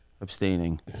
abstaining